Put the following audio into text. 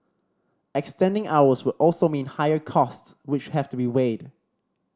extending hours would also mean higher costs which have to be weighed